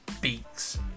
beaks